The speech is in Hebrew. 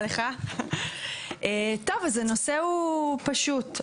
הנושא הוא פשוט.